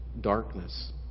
Darkness